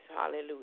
Hallelujah